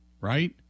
right